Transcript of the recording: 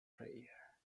prayer